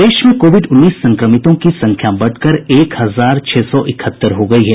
प्रदेश में कोविड उन्नीस संक्रमितों की संख्या बढ़कर एक हजार छह सौ इकहत्तर हो गयी है